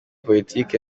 politiki